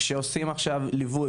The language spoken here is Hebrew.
כשעושים ליווי,